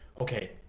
okay